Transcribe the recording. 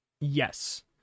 Yes